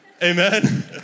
Amen